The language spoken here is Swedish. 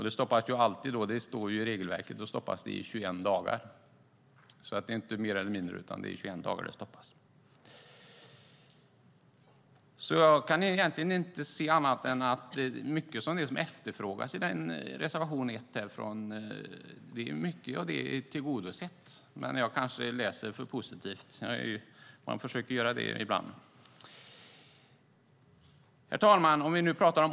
Det stoppas alltid, och det står i regelverket, i 21 dagar, inte mer eller mindre utan 21 dagar. Jag kan inte se annat än mycket av det som efterfrågas i reservation 1 är tillgodosett, men jag kanske läser för positivt. Man gör det ibland. Herr talman!